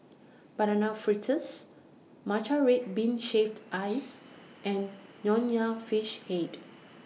Banana Fritters Matcha Red Bean Shaved Ice and Nonya Fish Head